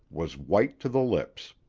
was white to the lips.